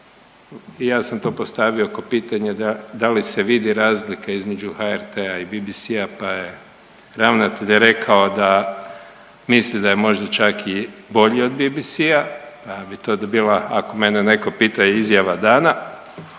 ja sam to postavio kao pitanje da li se vidi razlika između HRT-a i BBC-a pa je ravnatelj rekao da mislim da je možda čak bolji od BBC-a? Pa bi to bila ako mene netko pita izjava dana